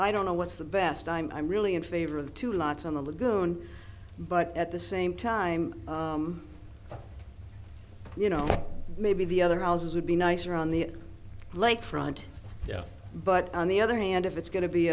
i don't know what's the best i'm i'm really in favor of the two lots on the lagoon but at the same time you know maybe the other houses would be nicer on the lake front yeah but on the other hand if it's going to be